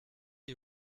est